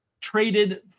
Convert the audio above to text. traded